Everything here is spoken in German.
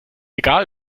egal